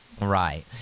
Right